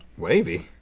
wavy?